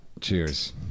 Cheers